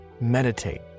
Meditate